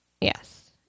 Yes